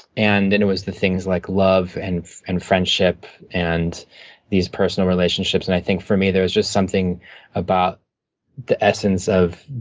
and then it was the thing like love and and friendship and these personal relationships and i think for me there was just something about the essence of